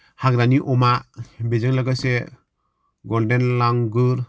हाग्रानि अमा बेजों लोगोसे गल्डेन लांगुर